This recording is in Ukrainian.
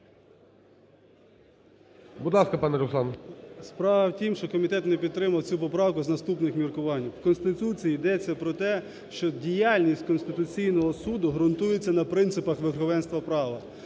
Справ в тім, що комітет не підтримав цю поправку з наступних міркувань. В Конституції йдеться про те, що діяльність Конституційного Суду ґрунтується на принципах верховенства права,